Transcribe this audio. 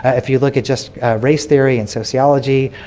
if you look at just race theory and sociology,